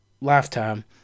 lifetime